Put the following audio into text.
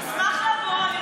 נשמח לבוא.